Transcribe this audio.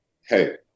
hey